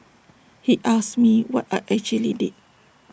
he asked me what I actually did